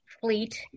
fleet